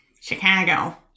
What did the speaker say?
Chicago